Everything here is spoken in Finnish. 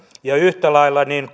ja yhtä lailla niin